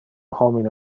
homine